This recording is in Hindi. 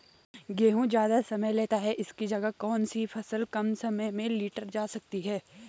गेहूँ ज़्यादा समय लेता है इसकी जगह कौन सी फसल कम समय में लीटर जा सकती है?